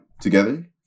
together